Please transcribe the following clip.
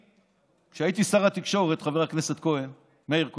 כשהייתי שר התקשורת, חבר הכנסת מאיר כהן,